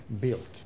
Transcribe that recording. built